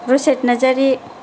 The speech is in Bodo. रुसेक नार्जारि